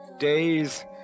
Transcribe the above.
Days